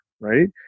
Right